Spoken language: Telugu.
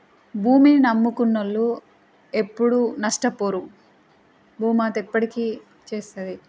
భూమిని నమ్ముకున్నవారు ఎప్పుడూ నష్టపోరు భూమాత ఎప్పటికీ చేస్తుంది